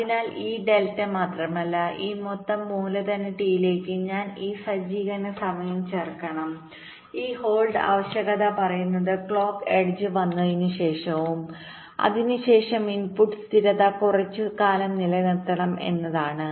അതിനാൽ ഈ ഡെൽറ്റ മാത്രമല്ല ഈ മൊത്തം മൂലധന ടിയിലേക്ക് ഞാൻ ഈ സജ്ജീകരണ സമയം ചേർക്കണം ഈ ഹോൾഡ് ആവശ്യകത പറയുന്നത് ക്ലോക്ക് എഡ്ജ് വന്നതിനുശേഷവും അതിനുശേഷം ഇൻപുട്ട് സ്ഥിരത കുറച്ചുകാലം നിലനിർത്തണം എന്നാണ്